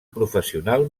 professional